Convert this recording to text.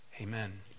Amen